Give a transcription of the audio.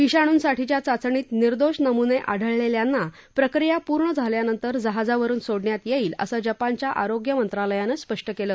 विषाणूंसाठीच्या चाचणीत निर्दोष नमुने आढळलेल्यांना प्रक्रिया पूर्ण झाल्यानंतर जहाजावरुन सोडण्यात येईल असं जपानच्या आरोग्यमंत्रालयानं स्पष्ट केलं